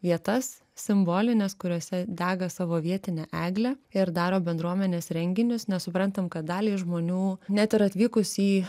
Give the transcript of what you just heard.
vietas simbolines kuriose dega savo vietinę eglę ir daro bendruomenės renginius nes suprantam kad daliai žmonių net ir atvykus į